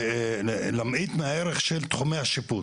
כדי להמעיט מהערך של תחומי השיפוט,